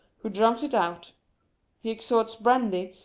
who drums it out he extorts brandy,